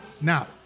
Now